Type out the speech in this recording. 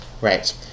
Right